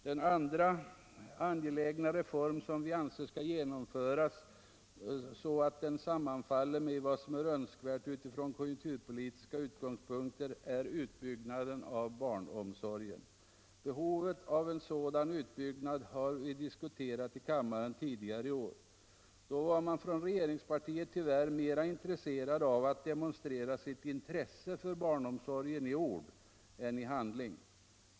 Den andra angelägna reformen som vi anser skall genomföras så att den sammanfaller med vad som är önskvärt från konjunkturpolitiska utgångspunkter är utbyggnaden av barnomsorgen. Behovet av en sådan utbyggnad har vi diskuterat här i kammaren tidigare i år. Då var man från regeringspartiet tyvärr mera intresserad av att demonstrera sitt in tresse för barnomsorgen i ord än i handling.